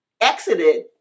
exited